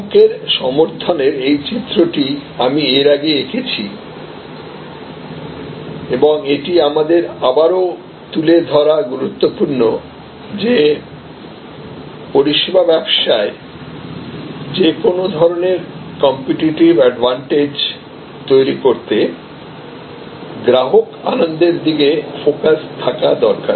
গ্রাহকের সমর্থনের এই চিত্রটি আমি এর আগে এঁকেছি এবং এটি আমাদের আবারও তুলে ধরা গুরুত্বপূর্ণ যে পরিষেবা ব্যবসায় যে কোনও ধরণের কম্পিটিটিভ অ্যাডভান্টেজ তৈরি করতে গ্রাহক আনন্দের দিকে ফোকাস থাকা দরকার